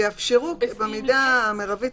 יאפשרו במידה המרבית